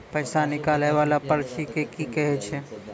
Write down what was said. पैसा निकाले वाला पर्ची के की कहै छै?